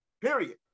period